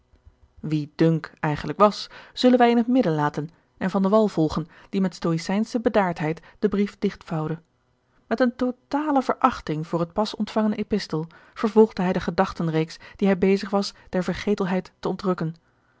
eigenlijk was zullen wij in het midden laten en van de wall volgen die met stoïcijnsche bedaardheid den brief digtvouwde met eene totale verachting voor het pas ontvangen epistel vervolgde hij de gedachtenreeks die hij bezig was der vergetelheid te